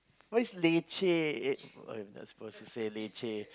what is leceh oh eh I'm not supposed to say leceh